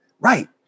right